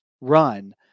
run